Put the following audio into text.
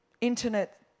internet